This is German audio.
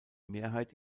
mehrheit